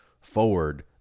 forward